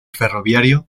ferroviario